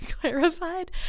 clarified